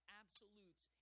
absolutes